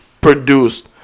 produced